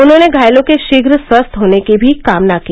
उन्होंने घायलों के शीघ्र स्वस्थ होने की भी कामना की